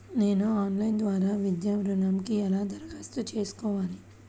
నేను ఆన్లైన్ ద్వారా విద్యా ఋణంకి ఎలా దరఖాస్తు చేసుకోవాలి?